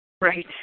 Right